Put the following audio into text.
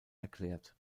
erklärt